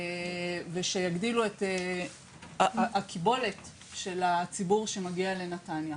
ושיגדילו את הקיבולת של הציבור שמגיע לנתניה.